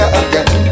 again